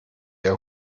der